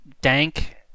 dank